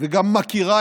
ונגרם